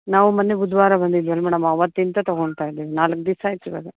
ನಾವು ಮೊನ್ನೆ ಬುಧವಾರ ಬಂದಿದ್ವಲ್ಲ ಮೇಡಮ್ ಆವತ್ತಿಂದ ತೊಗೊಳ್ತ ಇದ್ದೀವಿ ನಾಲ್ಕು ದಿವಸ ಆಯ್ತು ಇವಾಗ